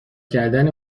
کردن